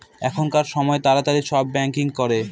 এখনকার সময় তাড়াতাড়ি সব ব্যাঙ্কিং করে